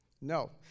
No